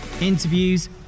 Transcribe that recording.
interviews